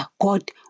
God